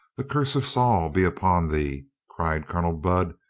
the curse of saul be upon thee, cried colonel budd,